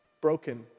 Broken